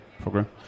program